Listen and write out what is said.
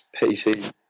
PC